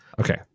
Okay